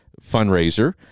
fundraiser